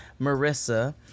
Marissa